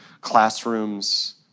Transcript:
classrooms